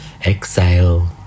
Exhale